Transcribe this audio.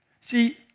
See